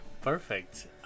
Perfect